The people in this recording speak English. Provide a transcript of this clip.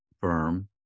firm